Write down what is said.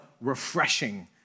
refreshing